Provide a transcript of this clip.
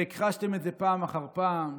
והכחשתם את זה פעם אחר פעם.